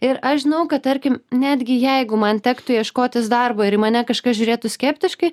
ir aš žinau kad tarkim netgi jeigu man tektų ieškotis darbo ir į mane kažkas žiūrėtų skeptiškai